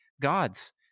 gods